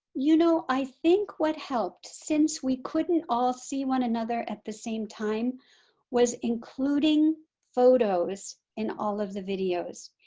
you know i think what helped since we couldn't all see one another at the same time was including photos in all of the videos.